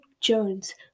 Jones